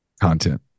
content